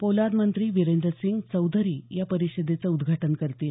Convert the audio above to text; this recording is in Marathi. पोलाद मंत्री विरेंद्र सिंग चौधरी या परीषदेचं उदघाटन करतील